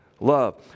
love